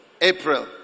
April